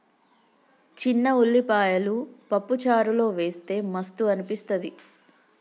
చిన్న ఉల్లిపాయలు పప్పు చారులో వేస్తె మస్తు అనిపిస్తది